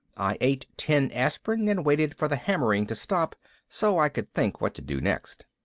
i ate ten aspirin and waited for the hammering to stop so i could think what to do next.